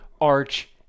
arch